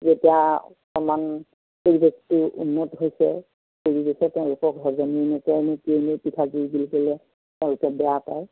যেতিয়া অকণমান উন্নত হৈছে তেওঁলোকক হজমেই নকৰেইনে কিয়েনে পিঠাগুড়ি বুলি ক'লে তেওঁলোকে বেয়া পায়